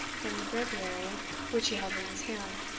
from the breviary which he held in his hand,